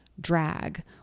drag